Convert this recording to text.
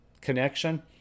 connection